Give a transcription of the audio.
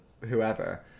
whoever